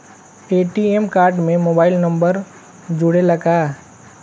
ATM card में mobile number जुरेला का?